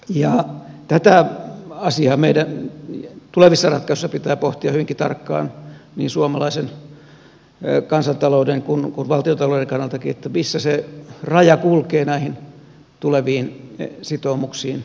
tätä asiaa meidän tulevissa ratkaisuissa pitää pohtia hyvinkin tarkkaan niin suomalaisen kansantalouden kuin valtiontaloudenkin kannalta missä se raja kulkee näihin tuleviin sitoumuksiin lähtemisessä